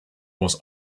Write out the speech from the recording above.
was